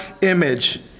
image